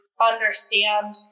understand